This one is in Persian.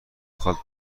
خواد